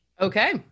Okay